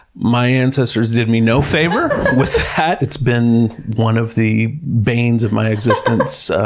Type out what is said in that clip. my ancestors did me no favor with that, it's been one of the banes of my existence.